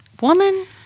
Woman